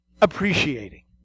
appreciating